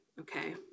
okay